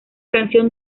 canción